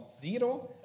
zero